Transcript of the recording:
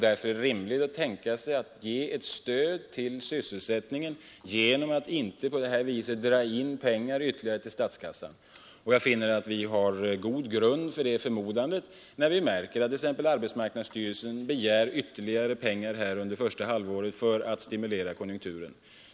Därför är det rimligt att tänka sig att ge ett stöd till sysselsättningen genom att inte på det här sättet dra in pengar ytterligare till statskassan. Jag finner att vi har god grund för detta förmodande när vi märker att t.ex. arbetsmarknadsstyrelsen begär ytterligare pengar under första halvåret för att stimulera konjunkturen.